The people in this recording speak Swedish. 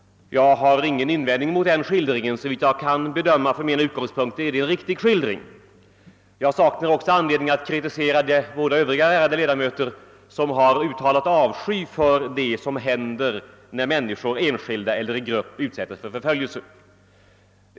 Jag har ingen invändning att göra mot den skildringen. Såvitt jag kan bedöma är det en riktig skildring. Jag saknar också anledning att kritisera de båda övriga ärade ledamöter som har uttalat avsky för vad som händer när människor — enskilda eller i grupp — utsätts för förföljelse.